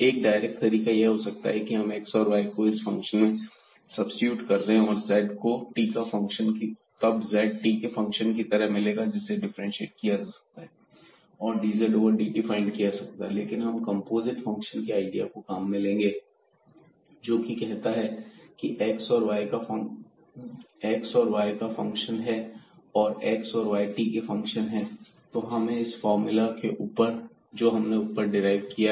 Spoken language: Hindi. एक डायरेक्ट तरीका यह हो सकता है कि हम x और y को इस फंक्शन में सब्सीट्यूट कर दें तब हमें z t के एक फंक्शन की तरह मिलेगा जिसे डिफरेंटशिएट किया जा सकता है और dz ओवर dt फाइंड किया जा सकता है लेकिन हम कंपोजिट फंक्शन के आईडिया को काम में लेंगे जो कहता है की x और y का फंक्शन है और x और y t के फंक्शन हैं और हमने इसका फार्मूला उपर ड्राइव किया है